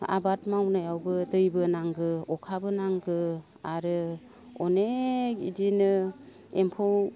आबाद मावनायावबो दैबो नांगौ अखाबो नांगौ आरो अनेख इदिनो एम्फौ